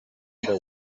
their